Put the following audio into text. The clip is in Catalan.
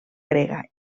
grega